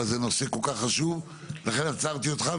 אבל זה נושא כל כך חשוב ולכן עצרתי אותך,